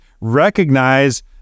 recognize